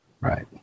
Right